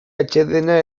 atsedena